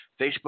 Facebook